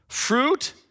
Fruit